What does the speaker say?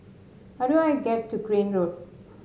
how do I get to Crane Road